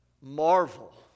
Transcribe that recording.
marvel